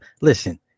Listen